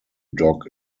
dock